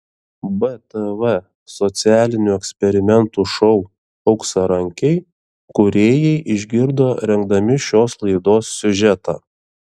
btv socialinių eksperimentų šou auksarankiai kūrėjai išgirdo rengdami šios laidos siužetą